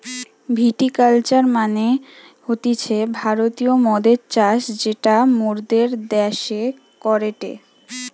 ভিটি culture মানে হতিছে ভারতীয় মদের চাষ যেটা মোরদের দ্যাশে করেটে